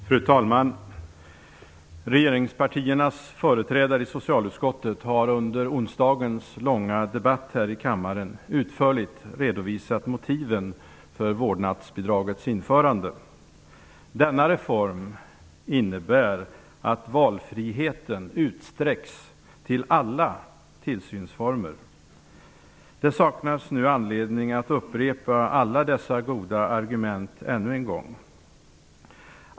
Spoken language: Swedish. Fru talman! Regeringspartiernas företrädare i socialutskottet har under onsdagens långa debatt här i kammaren utförligt redovisat motiven för vårdnadsbidragets införande. Denna reform innebär att valfriheten utsträcks till alla tillsynsformer. Det saknas nu anledning att upprepa alla dessa goda argument ännu en gång.